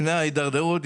לפני ההידרדרות,